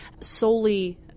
solely